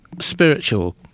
spiritual